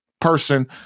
person